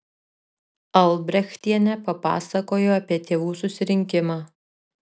albrechtienė papasakojo apie tėvų susirinkimą